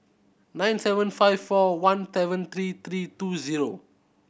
nine seven five four one seven three three two zero